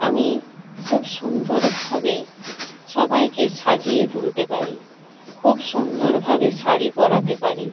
আমি খুব সুন্দরভাবে সবাইকে সাজিয়ে তুলতে পারি খুব সুন্দরভাবে শাড়ি পরাতে পারি